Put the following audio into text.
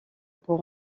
pour